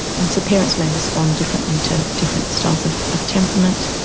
and so parents may respond differently to different styles of of temperament.